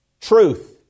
Truth